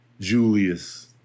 Julius